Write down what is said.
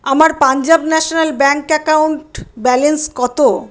আমার Punjab national bank account balance কত